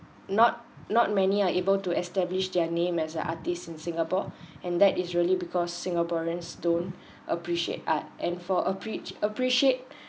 not not many are able to establish their name as an artist in singapore and that is really because singaporeans don't appreciate art and for apre~ appreciate